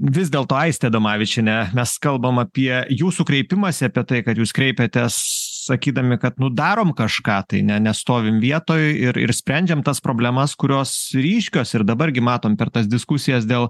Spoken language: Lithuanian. vis dėlto aiste adomavičiene mes kalbam apie jūsų kreipimąsi apie tai kad jūs kreipiatės sakydami kad nu darom kažką tai ne nestovim vietoj ir ir sprendžiam tas problemas kurios ryškios ir dabar gi matom per tas diskusijas dėl